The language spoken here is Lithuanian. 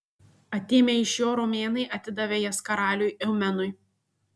atėmę iš jo romėnai atidavė jas karaliui eumenui